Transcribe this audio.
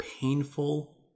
painful